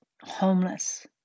homeless